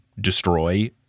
destroy—